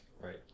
Right